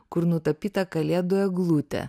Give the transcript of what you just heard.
kur nutapyta kalėdų eglutė